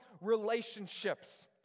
relationships